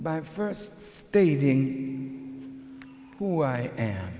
by first stating who i am